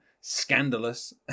scandalous